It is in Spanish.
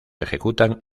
ejecutan